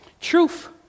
truth